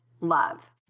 love